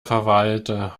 verwalter